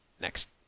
next